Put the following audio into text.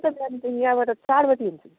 म चाहिँ बिहान यहाँबाट चार बजी हिँड्छु